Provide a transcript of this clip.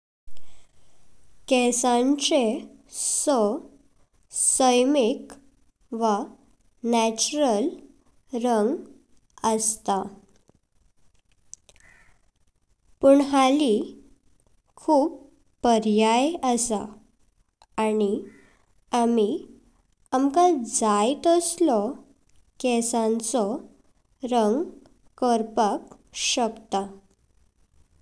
केसांचे सा सेमिक वा नॅचरल रंग असता, पण हाळी खूप पर्याय असआं आनी आमी आमका जाईं तसलों केसांचो रंग करपाक शकता।